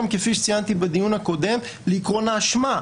כפי שציינתי בדיון הקודם לעיקרון האשמה.